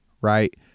right